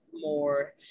more